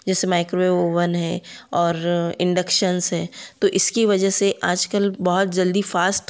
जैसे micro oven है और इंडक्शन्स है तो इसकी वजह से आजकल बहुत जल्दी फ़ास्ट